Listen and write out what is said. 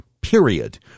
period